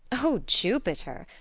o jupiter!